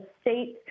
state